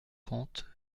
trente